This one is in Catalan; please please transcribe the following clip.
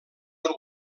del